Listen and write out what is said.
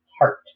heart